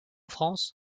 france